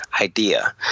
idea